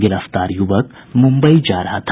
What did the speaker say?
गिरफ्तार यूवक मूम्बई जा रहा था